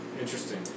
Interesting